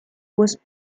was